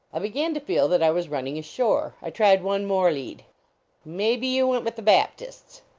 i began to feel that i was running ashore i tried one more lead may be you went with the baptists?